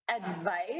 advice